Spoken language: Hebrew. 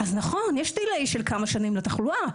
אז נכון יש כמה שנים לתחלואה,